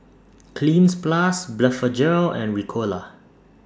Cleanz Plus Blephagel and Ricola